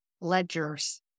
ledgers